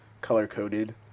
color-coded